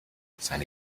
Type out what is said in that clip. seine